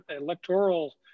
electoral